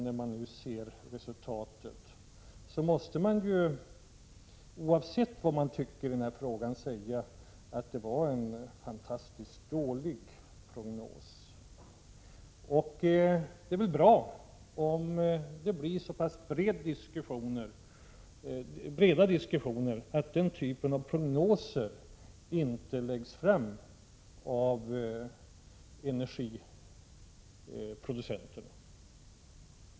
När man nu ser resultatet, måste man — oavsett vad man tycker i den här frågan — säga att det var en fantastiskt dålig prognos. Det är väl bra om det blir så pass breda diskussioner att den typen av prognoser inte läggs fram av energiproducenterna.